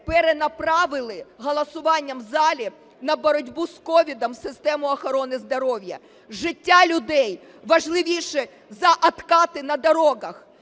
перенаправили голосуванням в залі на боротьбу з COVID в систему охорони здоров'я. Життя людей важливіше за відкати на дорогах!